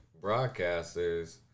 broadcasters